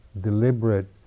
deliberate